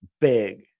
big